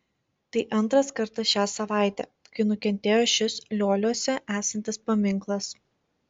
tai antras kartas šią savaitę kai nukentėjo šis lioliuose esantis paminklas